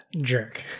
jerk